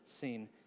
seen